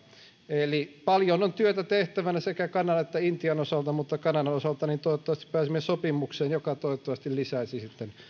eli paljon on työtä tehtävänä sekä kanadan että intian osalta mutta kanadan osalta toivottavasti pääsemme sopimukseen joka toivottavasti lisäisi sitten